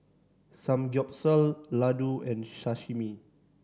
Samgyeopsal Ladoo and Sashimi